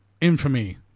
infamy